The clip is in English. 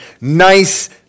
nice